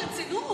ברצינות,